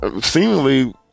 seemingly